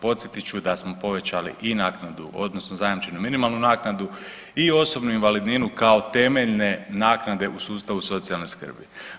Podsjetit ću da smo povećali i naknadu odnosno zajamčenu minimalnu naknadu i osobnu invalidninu kao temeljne naknade u sustavu socijalne skrbi.